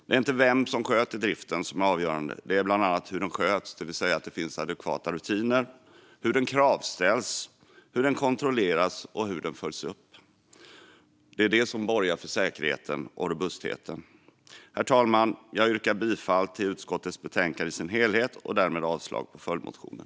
Det är inte vem som sköter driften som är avgörande, utan det är hur den sköts, det vill säga att det finns adekvata rutiner, hur den kravställs, hur den kontrolleras och hur den följs upp som borgar för säkerheten och robustheten. Herr talman! Jag yrkar bifall till utskottets förslag i betänkandet och därmed avslag på följdmotionen.